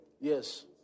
Yes